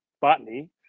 botany